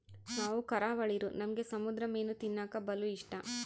ನಾವು ಕರಾವಳಿರೂ ನಮ್ಗೆ ಸಮುದ್ರ ಮೀನು ತಿನ್ನಕ ಬಲು ಇಷ್ಟ